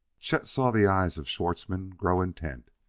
chet saw the eyes of schwartzmann grow intent.